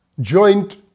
joint